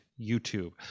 YouTube